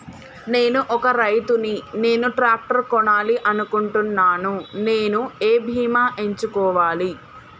నేను ఒక రైతు ని నేను ట్రాక్టర్ కొనాలి అనుకుంటున్నాను నేను ఏ బీమా ఎంచుకోవాలి?